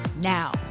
now